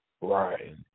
Right